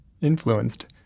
influenced